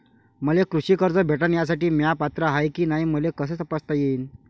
मले कृषी कर्ज भेटन यासाठी म्या पात्र हाय की नाय मले कस तपासता येईन?